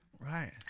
Right